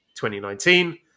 2019